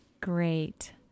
Great